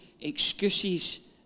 excuses